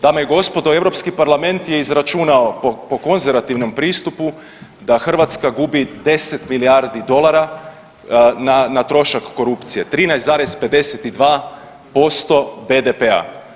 Dame i gospodo, Europski parlament je izračunao po konzervativnom pristupu da Hrvatska gubi 10 milijardi dolara na trošak korupcije 13,52% BDP-a.